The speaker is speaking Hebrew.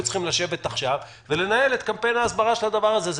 צריכים לשבת עכשיו ולנהל את קמפיין ההסברה של הדבר הזה,